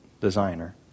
designer